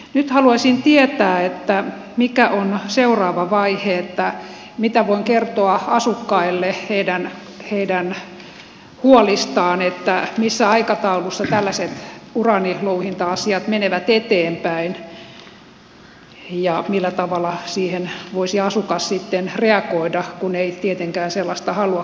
nyt haluaisin tietää mikä on seuraava vaihe mitä voin kertoa asukkaille heidän huolistaan siitä missä aikataulussa tällaiset uraanilouhinta asiat menevät eteenpäin ja millä tavalla siihen voisi asukas sitten reagoida kun ei tietenkään sellaista halua kotinurkilleen